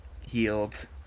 healed